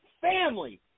family